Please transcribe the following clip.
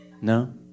No